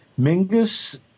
Mingus